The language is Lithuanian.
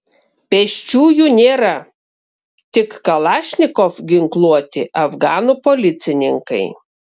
pėsčiųjų nėra tik kalašnikov ginkluoti afganų policininkai